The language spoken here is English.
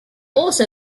also